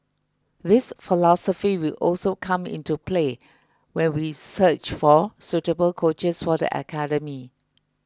this philosophy will also come into play when we search for suitable coaches for the academy